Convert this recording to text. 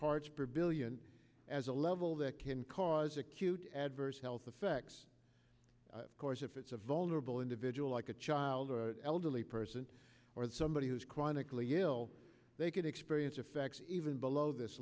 parts per billion as a level that can cause acute adverse health effects of course if it's a vulnerable individual like a child or an elderly person or somebody who's chronically ill they can experience effects even below this